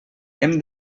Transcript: hem